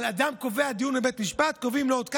אדם קובע דיון בבית משפט, קובעים לו, עוד כמה?